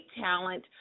talent